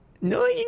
No